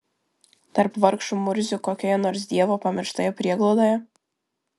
tarp vargšų murzių kokioje nors dievo pamirštoje prieglaudoje